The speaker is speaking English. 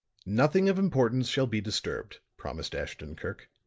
nothing of importance shall be disturbed, promised ashton-kirk.